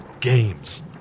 Games